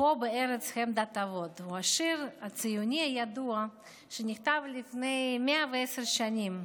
"פה בארץ חמדת אבות" הוא שיר ציוני ידוע שנכתב לפני 110 שנים.